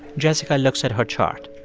jessica looks at her chart.